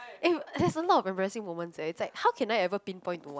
eh there's a lot of embarrassing moments eh it's like how can I ever pinpoint to one